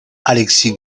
alexis